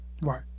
right